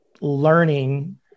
learning